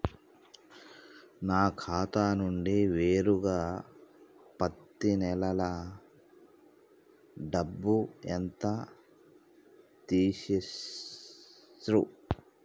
నా ఖాతా నుండి నేరుగా పత్తి నెల డబ్బు ఎంత తీసేశిర్రు?